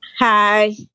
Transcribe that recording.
Hi